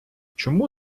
чому